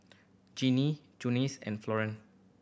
Jeannine Junius and Florene